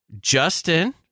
Justin